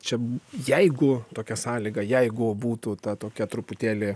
čia jeigu tokia sąlyga jeigu būtų ta tokia truputėlį